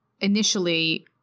initially